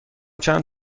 چند